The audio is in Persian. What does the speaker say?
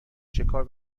شکار